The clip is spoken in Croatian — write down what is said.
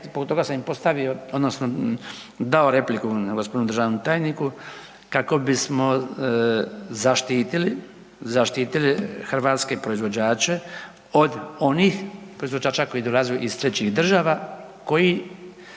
zbog toga sam i postavio odnosno dao repliku gospodinu državnom tajniku kako bismo zaštitili hrvatske proizvođače od onih proizvođača koji … iz trećih država koji